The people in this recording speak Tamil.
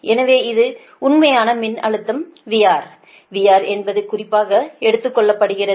எனவே இது உண்மையான மின்னழுத்தம் VR VR என்பது குறிப்பாக எடுத்துக் கொள்ளப்படுகிறது